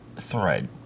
thread